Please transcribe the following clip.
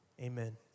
Amen